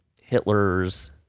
hitler's